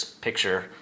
picture